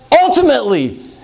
ultimately